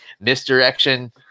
misdirection